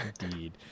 Indeed